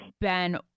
Ben